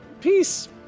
peace